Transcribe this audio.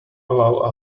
allow